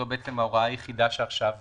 זאת ההוראה היחידה שעכשיו